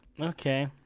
okay